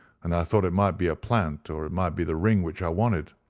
and i thought it might be a plant, or it might be the ring which i wanted.